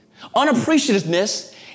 unappreciativeness